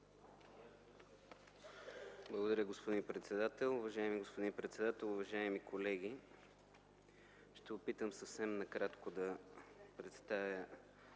Уважаеми господин председател, уважаеми колеги, ще се опитам съвсем накратко да представя